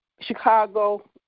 Chicago